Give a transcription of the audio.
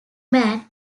man